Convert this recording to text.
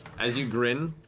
as you grin,